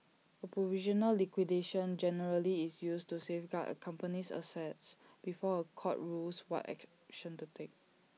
A provisional liquidation generally is used to safeguard A company's assets before A court rules what action to take